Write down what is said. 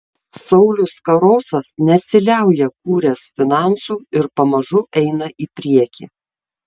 saulius karosas nesiliauja kūręs finansų ir pamažu eina į priekį